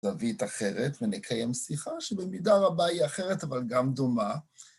זווית אחרת, ונקיים שיחה שבמידה רבה היא אחרת אבל גם דומה.